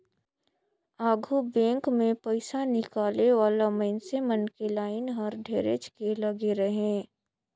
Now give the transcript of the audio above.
आघु बेंक मे पइसा निकाले वाला मइनसे मन के लाइन हर ढेरेच के लगे रहें